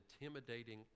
intimidating